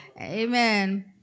Amen